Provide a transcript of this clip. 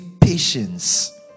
patience